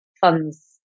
funds